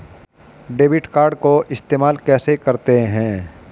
Debit card को इस्तेमाल कैसे करते हैं?